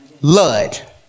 Lud